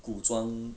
古装